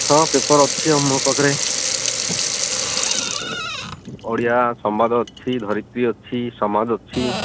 ହଁ ପେପର୍ ଅଛି ଆମ ପାଖରେ ଓଡ଼ିଆ ସମ୍ବାଦ ଅଛି ଧରିତ୍ରୀ ଅଛି ସମାଜ ଅଛି